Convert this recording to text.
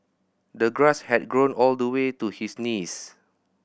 the grass had grown all the way to his knees